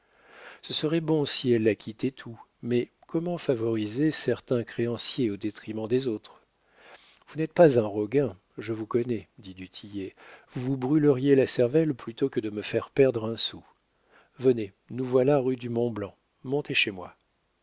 ce serait bon si elle acquittait tout mais comment favoriser certains créanciers au détriment des autres vous n'êtes pas un roguin je vous connais dit du tillet vous vous brûleriez la cervelle plutôt que de me faire perdre un sou venez nous voilà rue du mont-blanc montez chez moi